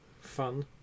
fun